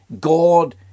God